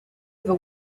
ever